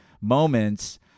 moments